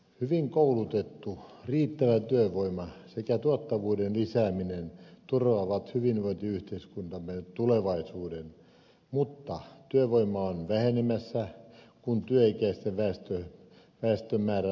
hyvin koulutettu riittävä työvoima sekä tuottavuuden lisääminen turvaavat hyvinvointiyhteiskuntamme tulevaisuuden mutta työvoima on vähenemässä kun työikäisen väestön määrä laskee